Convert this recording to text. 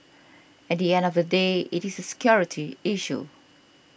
at the end of the day it is a security issue